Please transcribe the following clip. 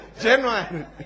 Genuine